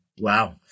Wow